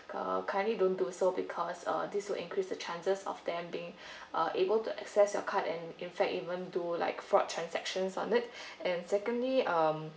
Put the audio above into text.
uh kindly don't do so because uh this to increase the chances of them being uh able to access your card and in fact even do like fraud transactions on it and secondly um